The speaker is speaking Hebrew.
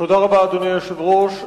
תודה רבה, אדוני היושב-ראש.